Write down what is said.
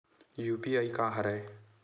UPI का हरय?